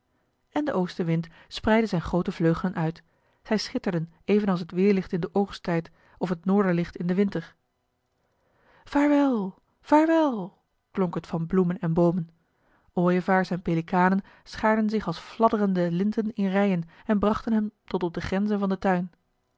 en de oostenwind spreidde zijn groote vleugelen uit zij schitterden evenals het weerlicht in den oogsttijd of het noorderlicht in den winter vaarwel vaarwel klonk het van bloemen en boomen ooievaars en pelikanen schaarden zich als fladderende linten in rijen en brachten hem tot op de grenzen van den tuin